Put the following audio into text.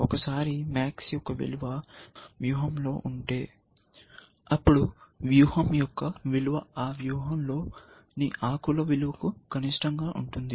ఒకసారి MAX యొక్క విలువ వ్యూహంలో ఉంటే అప్పుడు వ్యూహం యొక్క విలువ ఆ వ్యూహంలో ని ఆకుల విలువకు కనిష్టంగా ఉంటుంది